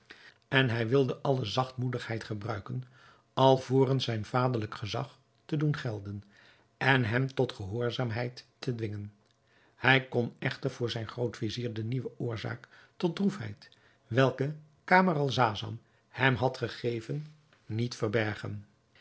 en hij wilde alle zachtmoedigheid gebruiken alvorens zijn vaderlijk gezag te doen gelden en hem tot gehoorzaamheid te dwingen hij kon echter voor zijn groot-vizier de nieuwe oorzaak tot droefheid welke camaralzaman hem had gegeven niet verbergen